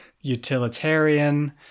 Utilitarian